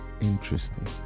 Interesting